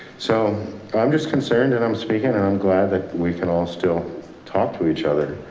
so i'm just concerned and i'm speaking. and i'm glad that we can all still talk to each other.